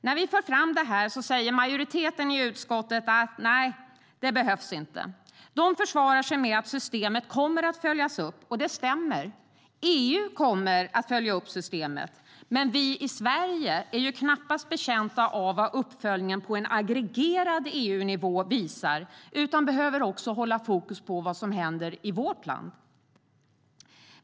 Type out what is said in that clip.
När vi framför detta säger majoriteten i utskottet att det inte behövs. De försvarar sig med att systemet kommer att följas upp, och det stämmer. EU kommer att följa upp systemet, men vi i Sverige är knappast betjänta av vad uppföljningen på en aggregerad EU-nivå visar utan behöver hålla fokus på vad som händer i vårt land.